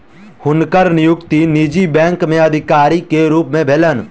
हुनकर नियुक्ति निजी बैंक में अधिकारी के रूप में भेलैन